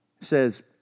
says